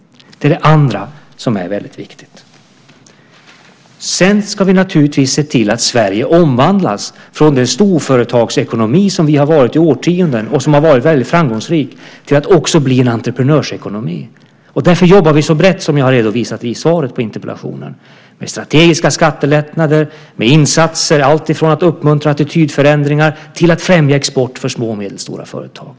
Sedan ska vi naturligtvis se till att Sverige omvandlas från den storföretagsekonomi som vi har varit i årtionden och som har varit väldigt framgångsrik till att också bli en entreprenörsekonomi. Därför jobbar vi så brett som jag har redovisat i svaret på interpellationen - med strategiska skattelättnader, med insatser alltifrån att uppmuntra attitydförändringar till att främja export för små och medelstora företag.